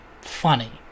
funny